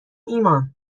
ایمان